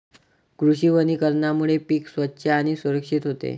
कृषी वनीकरणामुळे पीक स्वच्छ आणि सुरक्षित होते